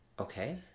Okay